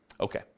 Okay